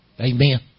Amen